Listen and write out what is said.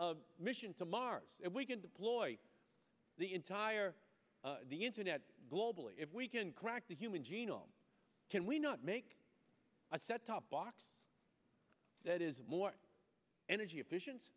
a mission to mars if we can deploy the entire internet globally if we can crack the human genome can we not make a set top box that is more energy efficient